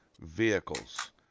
vehicles